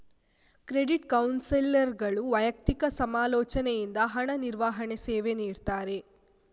credit ಕೌನ್ಸಿಲರ್ಗಳು ವೈಯಕ್ತಿಕ ಸಮಾಲೋಚನೆಯಿಂದ ಹಣ ನಿರ್ವಹಣೆ ಸೇವೆ ನೀಡ್ತಾರೆ